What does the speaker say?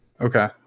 Okay